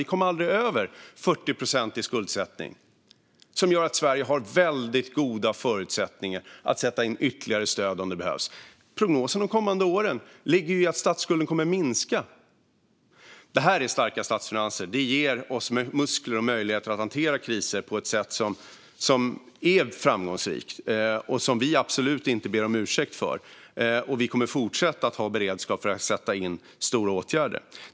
Vi kom aldrig över 40 procent i skuldsättning, vilket gör att vi i Sverige har väldigt goda förutsättningar att sätta in ytterligare stöd om det behövs. Prognosen för de kommande åren är ju att statsskulden kommer att minska. Det här är starka statsfinanser. Detta ger oss muskler och möjligheter att hantera kriser på ett sätt som är framgångsrikt och som vi absolut inte ber om ursäkt för. Vi kommer att fortsätta att ha beredskap för att sätta in stora åtgärder.